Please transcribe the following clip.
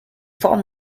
form